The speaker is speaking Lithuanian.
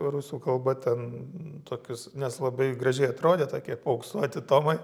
rusų kalba ten tokius nes labai gražiai atrodė tokie paauksuoti tomai